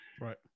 Right